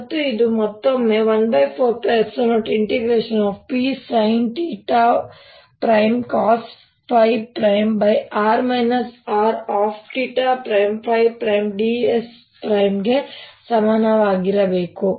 ಮತ್ತು ಇದು ಮತ್ತೊಮ್ಮೆ14π0Psincosϕ|r R|ds ಗೆ ಸಮನಾಗಿರಬೇಕು